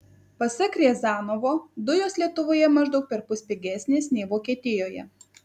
pasak riazanovo dujos lietuvoje maždaug perpus pigesnės nei vokietijoje